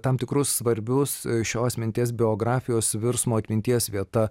tam tikrus svarbius šios minties biografijos virsmo atminties vieta